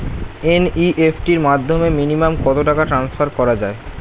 NEFT র মাধ্যমে minimum কত টাকা টান্সফার করা যায়?